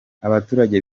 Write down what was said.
abaturage